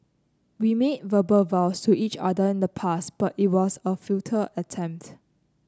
we made verbal vows to each other in the past but it was a futile attempt